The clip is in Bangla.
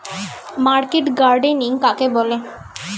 মার্কেট গার্ডেনিং কাকে বলে?